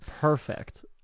Perfect